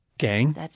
Gang